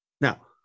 Now